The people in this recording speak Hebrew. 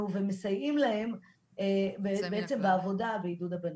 ומסייעים להם בעצם בעבודה בעידוד הבנות.